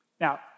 Now